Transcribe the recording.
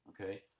okay